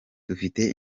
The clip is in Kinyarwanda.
dufite